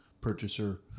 purchaser